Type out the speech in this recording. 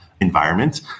environment